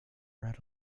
bread